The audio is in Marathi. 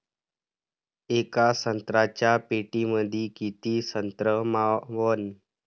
येका संत्र्याच्या पेटीमंदी किती संत्र मावन?